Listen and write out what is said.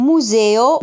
Museo